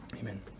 Amen